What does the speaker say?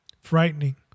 Frightening